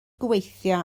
gweithio